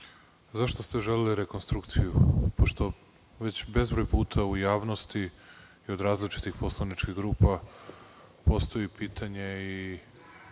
Zašto ste želeli rekonstrukciju. Pošto već bezbroj puta u javnosti i od različitih poslaničkih grupa postoji pitanje i